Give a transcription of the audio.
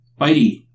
Bitey